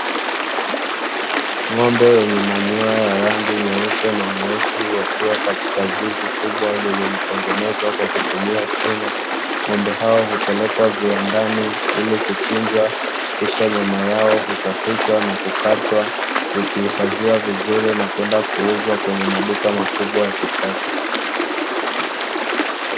Ng'ombe wenye manyoa ya rangi nyeupe na nyeusi wakiwa katika zizi kubwa lililotengenezwa kwa kutumia chuma, ng'ombe hao hupelekwa viwandani ili kuchinjwa kisha nyama yao husafishwa na kukatwa, ikihifadhiwa vizuri na kwenda kuuzwa kwenye maduka makubwa ya kisasa.